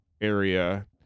area